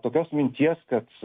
tokios minties kad